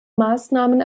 maßnahmen